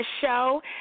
show